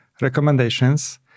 recommendations